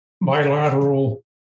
bilateral